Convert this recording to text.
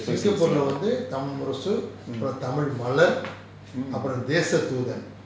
பெருசா இல்ல:perusa illa